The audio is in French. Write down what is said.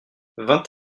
vingt